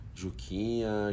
juquinha